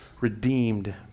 redeemed